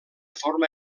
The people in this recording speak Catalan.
forma